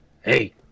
hey